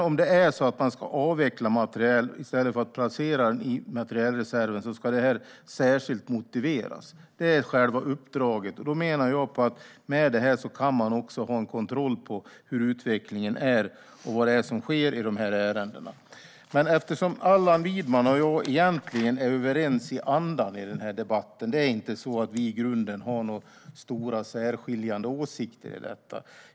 Om man ska avveckla materiel i stället för att placera den i materielreserven ska det särskilt motiveras. Det är själva uppdraget. Jag menar att man i och med det också kan ha koll på utvecklingen och vad som sker i de här ärendena. Allan Widman och jag är egentligen överens i andan i den här debatten. Det är inte så att vi i grunden har några stora särskiljande åsikter i detta.